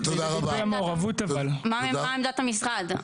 מה עמדת המשרד?